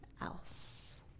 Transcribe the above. else